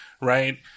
right